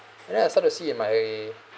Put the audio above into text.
and then I start to see in my